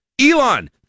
Elon